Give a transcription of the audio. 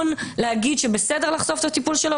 להגיד שבסדר לחשוף את הטיפול שלו,